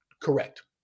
Correct